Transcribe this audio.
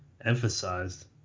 emphasized